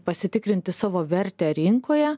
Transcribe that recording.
pasitikrinti savo vertę rinkoje